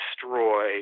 destroy